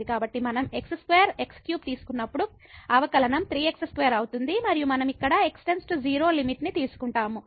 కాబట్టి మనం x2 x3 తీసుకున్నప్పుడు అవకలనం 3x2 అవుతుంది మరియు మనం ఇక్కడ x → 0 లిమిట్ ని తీసుకుంటాము